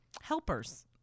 helpers